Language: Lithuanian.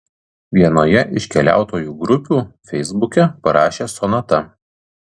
vienoje iš keliautojų grupių feisbuke parašė sonata